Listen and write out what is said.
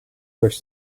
durch